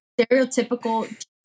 stereotypical